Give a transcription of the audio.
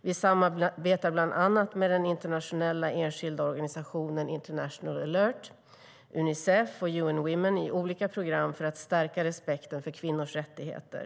Vi samarbetar bland annat med den internationella enskilda organisationen International Alert, Unicef och UN Women i olika program för att stärka respekten för kvinnors rättigheter.